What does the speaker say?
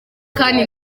kandi